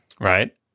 right